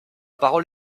parole